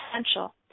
essential